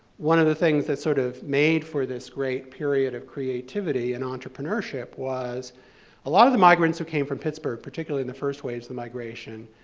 one of the things that sort of made for this great period of creativity and entrepreneurship was a lot of the migrants who came from pittsburgh, particularly in the first waves of the migration,